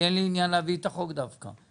אין לי עניין להביא דווקא את החוק,